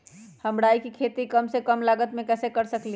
हम राई के खेती कम से कम लागत में कैसे कर सकली ह?